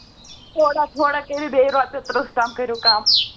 تھوڑا تھوڑا کٔرِو بیٚیہِ رۄپیہِ تٕرٛہ تام کٔرِو کَم